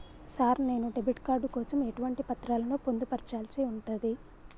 Sir నేను debit card కోసం ఎటువంటి పత్రాలను పొందుపర్చాల్సి ఉంటది?